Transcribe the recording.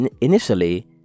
initially